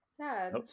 sad